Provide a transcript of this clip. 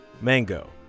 Mango